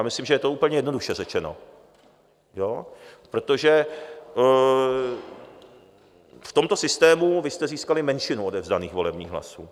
Myslím, že je to úplně jednoduše řečeno, protože v tomto systému jste získali menšinu odevzdaných volebních hlasů.